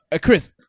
Chris